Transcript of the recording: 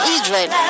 Israel